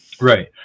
right